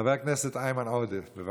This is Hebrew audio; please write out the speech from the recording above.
חבר הכנסת איימן עודה, בבקשה.